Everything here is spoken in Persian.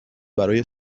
برای